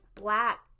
black